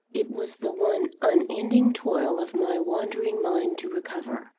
it was the one unending toil of my wandering mind to recover,